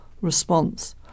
response